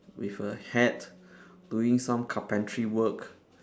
with a hat doing some carpentry work